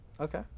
Okay